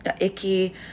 icky